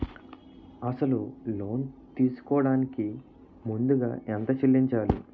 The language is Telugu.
అసలు లోన్ తీసుకోడానికి ముందుగా ఎంత చెల్లించాలి?